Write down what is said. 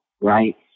right